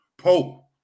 Pope